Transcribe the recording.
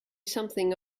something